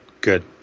Good